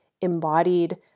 embodied